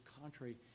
contrary